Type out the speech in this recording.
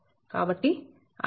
ఇప్పుడు తటస్థ కరెంట్ 0